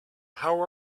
how